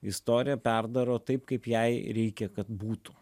istoriją perdaro taip kaip jai reikia kad būtų